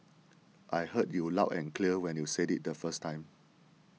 I heard you loud and clear when you said it the first time